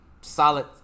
solid